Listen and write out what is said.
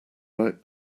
right